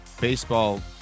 baseball